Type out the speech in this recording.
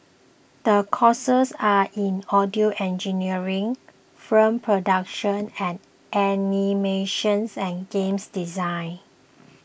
the courses are in audio engineering from production and animations and games design